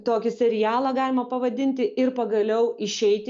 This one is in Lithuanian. tokį serialą galima pavadinti ir pagaliau išeiti